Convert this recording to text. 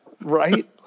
right